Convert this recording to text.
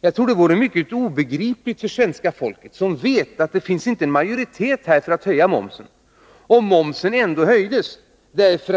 Jag tror att det vore mycket obegripligt för svenska folket, som vet att det i riksdagen inte finns majoritet för att höja momsen, om momsen ändå höjdes på